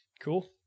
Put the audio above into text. cool